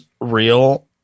real